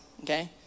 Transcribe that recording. okay